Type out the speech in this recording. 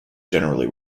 generally